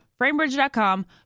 Framebridge.com